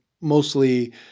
mostly